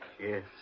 yes